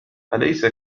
أليس